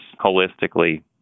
holistically